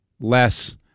less